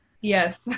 Yes